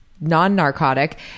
non-narcotic